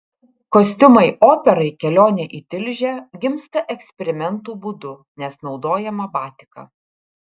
kostiumai operai kelionė į tilžę gimsta eksperimentų būdu nes naudojama batika